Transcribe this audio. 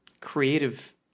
creative